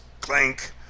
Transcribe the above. clank